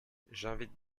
j’invite